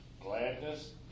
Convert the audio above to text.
gladness